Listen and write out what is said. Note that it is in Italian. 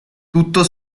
tutto